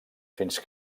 fins